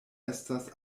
estas